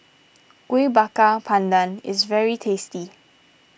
Kuih Bakar Pandan is very tasty